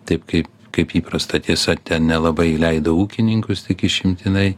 taip kaip kaip įprasta tiesa ten nelabai įleido ūkininkus tik išimtinai